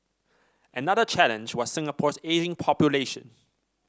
another challenge was Singapore's ageing population